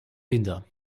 binder